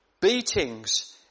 beatings